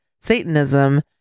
Satanism